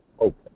okay